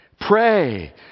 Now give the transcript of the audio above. Pray